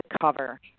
cover